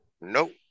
Nope